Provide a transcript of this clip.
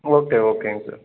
okay ஓகேங்க sir